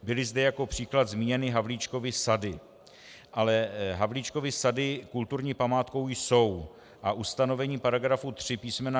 Byly zde jako příklad zmíněny Havlíčkovy sady, ale Havlíčkovy sady kulturní památkou jsou a ustanovení § 3 písm.